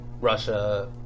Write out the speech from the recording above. Russia